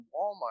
Walmart